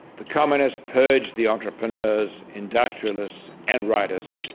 the communists purged the entrepreneurs, industrialists and writers,